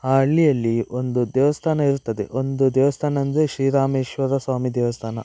ಆ ಹಳ್ಳಿಯಲ್ಲಿ ಒಂದು ದೇವಸ್ಥಾನ ಇರುತ್ತದೆ ಒಂದು ದೇವಸ್ಥಾನ ಅಂದರೆ ಶ್ರೀರಾಮೇಶ್ವರ ಸ್ವಾಮಿ ದೇವಸ್ಥಾನ